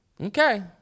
Okay